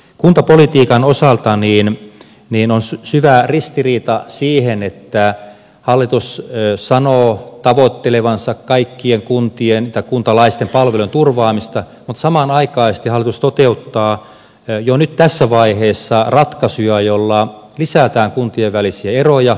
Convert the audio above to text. kuntapolitiikan osalta on syvä ristiriita siinä että hallitus sanoo tavoittelevansa kaikkien kuntalaisten palvelujen turvaamista mutta samanaikaisesti hallitus toteuttaa jo nyt tässä vaiheessa ratkaisuja joilla lisätään kuntien välisiä eroja